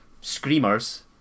screamers